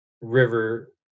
River